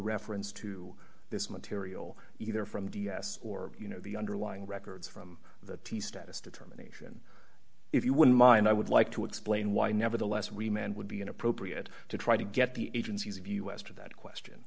reference to this material either from d s or you know the underlying records from the t status determination if you wouldn't mind i would like to explain why nevertheless we men would be inappropriate to try to get the agencies of us to that question